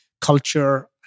culture